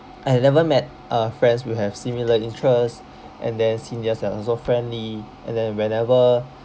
I had never met uh friends who have similar interests and then seniors that are so friendly and then whenever